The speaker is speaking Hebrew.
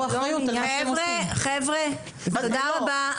תודה רבה.